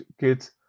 kids